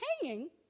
Hanging